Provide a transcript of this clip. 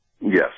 Yes